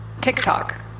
TikTok